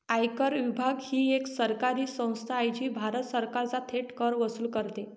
आयकर विभाग ही एक सरकारी संस्था आहे जी भारत सरकारचा थेट कर वसूल करते